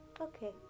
Okay